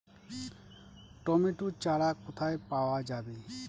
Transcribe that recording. Tomato চারা কোথায় পাওয়া যাবে?